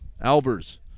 Albers